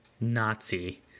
Nazi